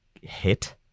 hit